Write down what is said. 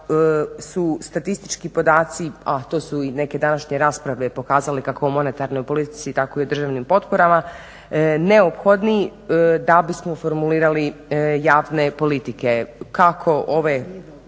su statistički podaci, a to su i neke današnje rasprave pokazale kako o monetarnoj politici tako i o državnim potporama, neophodni da bismo formulirali javne politike kako ove